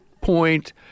point